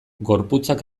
gorputzak